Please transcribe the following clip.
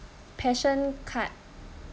passion card